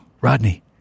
Rodney